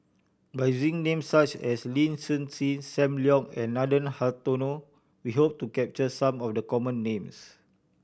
by names such as Lin Hsin Hsin Sam Leong and Nathan Hartono we hope to capture some of the common names